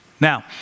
Now